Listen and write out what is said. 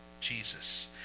Jesus